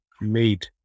made